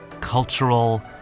cultural